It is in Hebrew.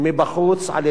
על-ידי מומחים,